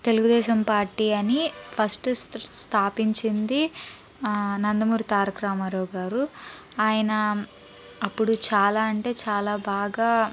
Telugu Desam party అని first స్థాపించింది నందమూరి తారక రామారావు గారు ఆయన అప్పుడు చాలా అంటే చాలా బాగా